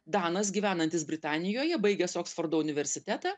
danas gyvenantis britanijoje baigęs oksfordo universitetą